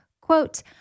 quote